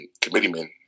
committeemen